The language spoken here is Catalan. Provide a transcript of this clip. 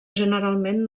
generalment